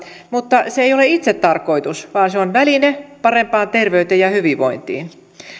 mutta se ei ole itsetarkoitus vaan se on väline parempaan terveyteen ja hyvinvointiin